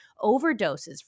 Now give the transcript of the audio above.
Overdoses